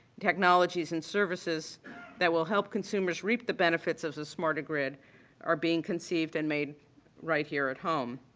technologies and services that will help consumers reap the benefits of a smarter grid are being conceived and made right here at home.